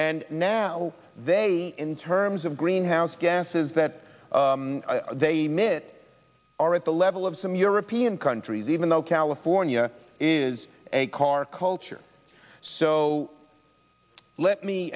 and now they in terms of greenhouse gases that they mit are at the level of some european countries even though california is a car culture so let me